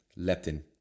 Leptin